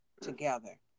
together